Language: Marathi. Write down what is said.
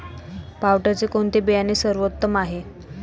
पावट्याचे कोणते बियाणे सर्वोत्तम आहे?